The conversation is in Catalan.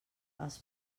els